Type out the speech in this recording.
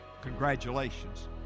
congratulations